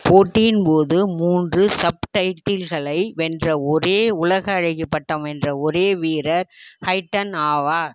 போட்டியின் போது மூன்று சப்டைட்டில்களை வென்ற ஒரே உலக அழகி பட்டம் வென்ற ஒரே வீரர் ஹைட்டன் ஆவார்